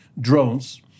drones